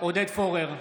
עודד פורר,